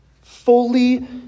fully